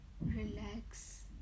Relax